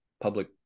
public